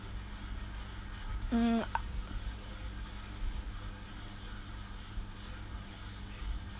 mm